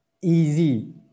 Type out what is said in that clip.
Easy